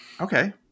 Okay